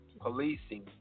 policing